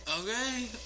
Okay